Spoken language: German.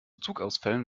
zugausfällen